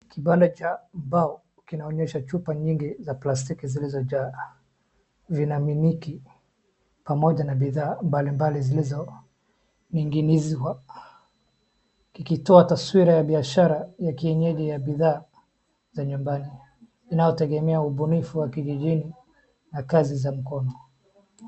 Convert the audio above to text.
Kibanda cha mbao, kinaonyesha chupa nyingi za plastiki zilizojaa, vinaminiki pamoja na bidhaa mbali mbali ambazo zilizoning'inizwa. Kikitoa taswira ya biashara ya kienyeji ya bidhaa za nyumbani, zinazotegemea ubunifu wa kijijini na kazi za mkono.